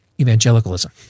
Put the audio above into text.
evangelicalism